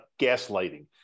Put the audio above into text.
gaslighting